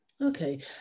Okay